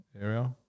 area